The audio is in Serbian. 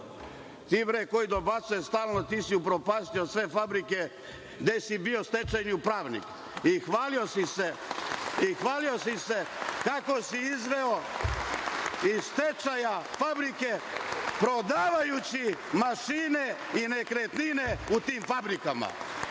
….Ti bre, koji dobacuješ stalno, ti si upropastio sve fabrike gde si bio stečajni upravnik. I hvalio si se kako si izveo iz stečaja fabrike prodavajući mašine i nekretnine u tim fabrikama.